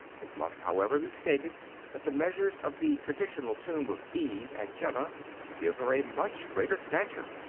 it must, however, be stated that the measures of the traditional tomb of eve at jedda give her a much greater stature.